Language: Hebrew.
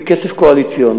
מכסף קואליציוני.